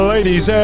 Ladies